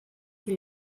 qui